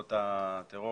פעולות הטרור